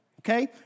Okay